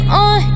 on